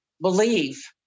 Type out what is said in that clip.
Believe